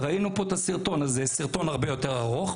ראינו את הסרטון הזה זה סרטון הרבה יותר ארוך.